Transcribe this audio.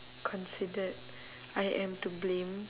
considered I am to blame